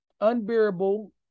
unbearable